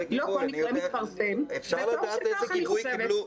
לא כל מקרה מתפרסם וטוב שכך, אני חושבת.